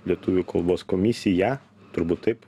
lietuvių kalbos komisiją turbūt taip